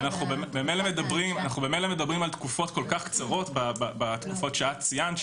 אבל במילא אנחנו מדברים על תקופות כל כך קצרות במה שאת ציינת,